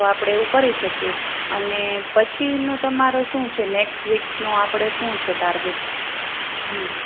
તો આપણે એવું કરી શકીએ અને પછીનું તમારો શું છે નેક્સ્ટ વીકનું આપણે શું છે ટાર્ગેટ હં